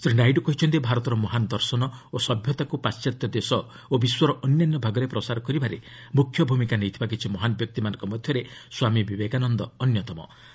ଶ୍ରୀ ନାଇଡୁ କହିଛନ୍ତି ଭାରତର ମହାନ ଦର୍ଶନ ଓ ସଭ୍ୟତାକୁ ପାଣ୍ଟାତ୍ୟ ଦେଶ ଓ ବିଶ୍ୱର ଅନ୍ୟାନ୍ୟ ଭାଗରେ ପ୍ରସାର କରିବାରେ ମୁଖ୍ୟ ଭୂମିକା ନେଇଥିବା କିଛି ମହାନ ବ୍ୟକ୍ତିମାନଙ୍କ ମଧ୍ୟରେ ସ୍ୱାମୀ ବିବେକାନନ୍ଦ ଅନ୍ୟତମ ଥିଲେ